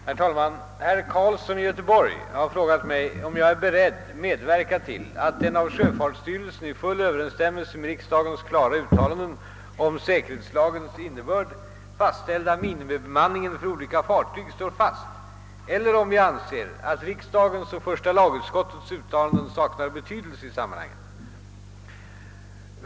Herr talman! Herr Carlsson i Göteborg har frågat mig om jag är beredd medverka till att den av sjöfartsstyrelsen i full överensstämmelse med riksdagens klara uttalanden om säkerhetslagens innebörd fastställda minimibemanningen för olika fartyg står fast eller om jag anser att riksdagens och första lagutskottets uttalanden saknar betydelse i sammanhanget.